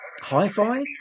hi-fi